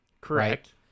Correct